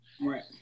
Right